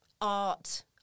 art